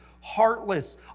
heartless